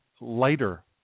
lighter